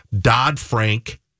Dodd-Frank